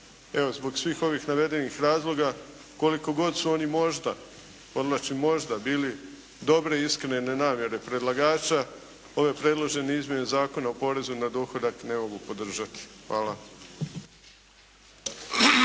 zbog svih ovih navedenih razloga koliko god su oni možda, podvlačim možda bili dobre, iskrene namjere predlagača ove predložene izmjene Zakona o porezu na dohodak ne mogu podržati. Hvala.